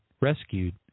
rescued